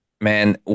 Man